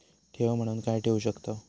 ठेव म्हणून काय ठेवू शकताव?